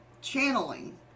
channeling